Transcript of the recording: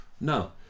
no